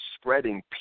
spreading